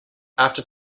after